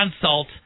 consult